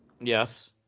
Yes